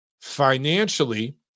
financially